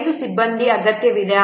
5 ಸಿಬ್ಬಂದಿ ಅಗತ್ಯವಿದೆ